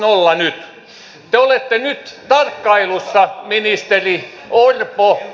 te olette nyt tarkkailussa ministeri orpo